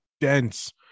dense